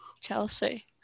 Chelsea